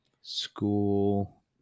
school